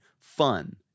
fun